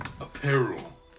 apparel